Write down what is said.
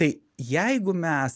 tai jeigu mes